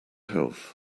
health